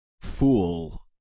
fool